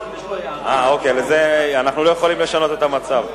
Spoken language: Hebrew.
אנחנו לא יכולים לשנות את המצב.